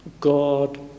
God